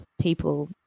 people